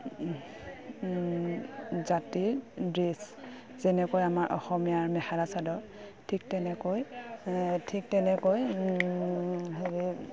জাতিৰ ড্ৰেছ যেনেকৈ আমাৰ অসমীয়াৰ মেখেলা চাদৰ ঠিক তেনেকৈ ঠিক তেনেকৈ হেৰি